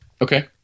okay